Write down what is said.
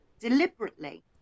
deliberately